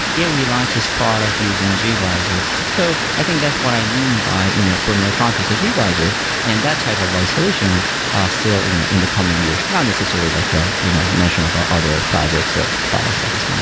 yeah, we launched this product using gvisor. so i think that's what i mean by you know from a context of gvisor and that type of isolation are still you know in the coming years, not necessary like i ah you know mentioned about other projects or products at this point.